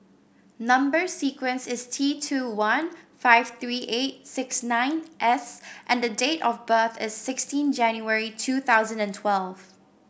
number sequence is T two one five three eight six nine S and the date of birth is sixteen January two thousand and twelve